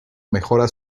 mejora